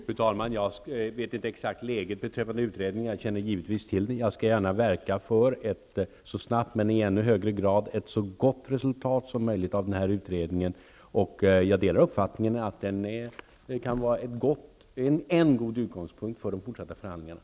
Fru talman! Jag känner inte till det exakta läget beträffande nämnda utredning. Men givetvis känner jag till utredningen. Jag skall gärna verka för att det så snabbt som möjligt blir ett resultat, och i än högre grad skall jag verka för att resultatet av utredningen blir så gott som möjligt. Jag delar uppfattningen att utredningen kan vara en god utgångspunkt för de fortsatta förhandlingarna.